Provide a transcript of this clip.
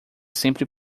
sempre